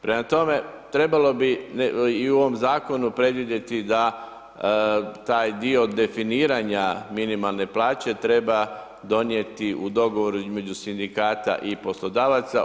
Prema tome, trebalo bi i u ovom zakonu predvidjeti da taj dio definiranja minimalne plaće treba donijeti u dogovoru između sindikata i poslodavaca.